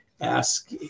ask